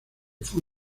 fue